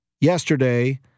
yesterday